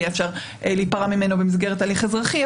אפשר יהיה להיפרע ממנו במסגרת הליך אזרחי,